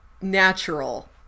natural